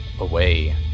away